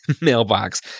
mailbox